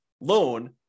loan